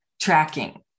tracking